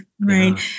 right